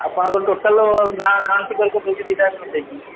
ଆପଣଙ୍କର ଟୋଟାଲ୍ ଦଉଚି ଦୁଇଟା ଯାକ ମିଶାଇକି